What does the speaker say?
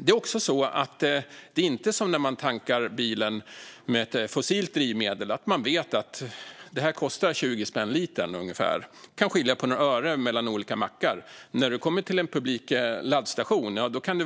Det är inte som när man tankar bilen med ett fossilt drivmedel, att man vet att det kostar ungefär 20 spänn litern och att det kan skilja på några ören mellan olika mackar. Men när det handlar om publika laddstationer kan